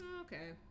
Okay